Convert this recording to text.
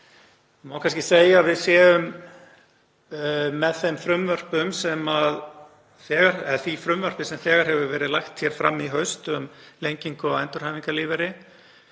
Það má kannski segja að við séum með því frumvarpi sem þegar hefur verið lagt fram í haust um lengingu á endurhæfingarlífeyri,